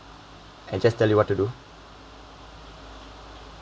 and just tell you what to do